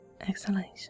exhalation